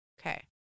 Okay